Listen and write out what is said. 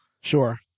Sure